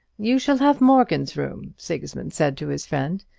you shall have morgan's room, sigismund said to his friend,